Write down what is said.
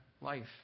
life